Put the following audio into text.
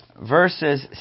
verses